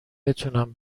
بتونم